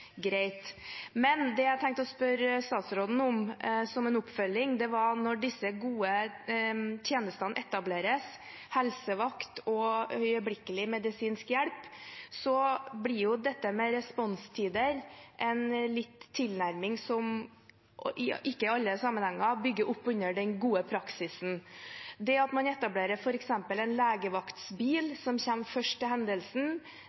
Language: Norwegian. Men det jeg tenkte å spørre statsråden om, som en oppfølging, var: Når disse gode tjenestene etableres – helsevakt og øyeblikkelig medisinsk hjelp – blir dette med responstider en tilnærming som ikke i alle sammenhenger bygger opp under den gode praksisen. At man f.eks. etablerer en legevaktsbil som kommer først til hendelsen,